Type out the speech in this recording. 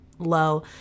low